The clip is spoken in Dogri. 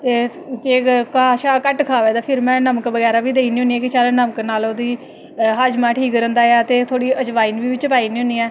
ते घाह् शा घट्ट देऐ ते फिर में नमक शमक बी देई ओड़नी होनीं आं हाजमा ठीक रैंह्दा ऐ ते में अजमाईन बी बिच्च पाई ओड़नी होनीं आं